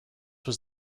was